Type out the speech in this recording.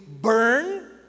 burn